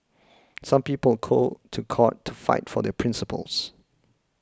some people go to court to fight for their principles